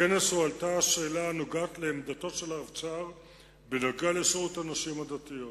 בכנס הועלתה השאלה הנוגעת לעמדתו של הרבצ"ר בנוגע לשירות הנשים הדתיות.